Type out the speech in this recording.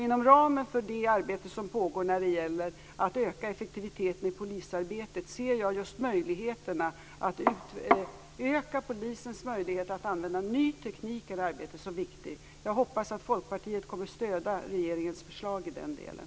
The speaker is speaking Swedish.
Inom ramen för det arbete som pågår när det gäller att öka effektiviteten i polisarbetet ser jag just möjligheterna att utöka polisens möjligheter att använda ny teknik i det arbetet som viktiga. Jag hoppas att Folkpartiet kommer att stödja regeringens förslag i den delen.